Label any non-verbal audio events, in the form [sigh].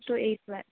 [unintelligible]